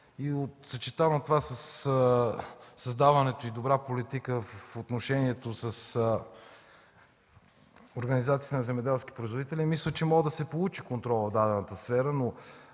Съчетано със създаването и добра политика в отношението с организацията на земеделските производители, мисля, че може да се получи контрол в дадената сфера.